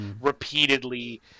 repeatedly